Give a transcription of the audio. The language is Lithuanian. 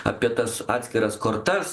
apie tas atskiras kortas